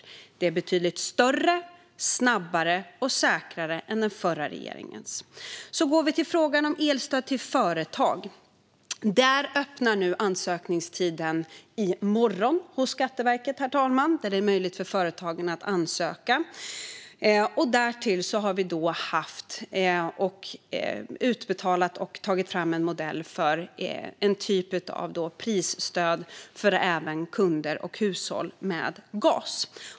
Och det är betydligt större, snabbare och säkrare än den förra regeringens förslag. När det gäller elstöd till företag öppnar den ansökningstiden hos Skatteverket i morgon, herr talman. Då blir det möjligt för företagen att ansöka. Därtill har vi betalat ut och tagit fram en modell för en typ av prisstöd även för kunder och hushåll med gas.